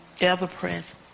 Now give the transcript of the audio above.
ever-present